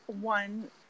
one